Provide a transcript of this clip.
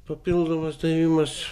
papildomas davimas